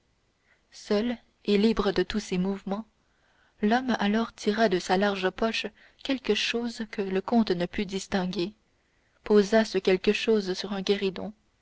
seul et libre de tous ses mouvements l'homme alors tira de sa large poche quelque chose que le comte ne put distinguer posa ce quelque chose sur un guéridon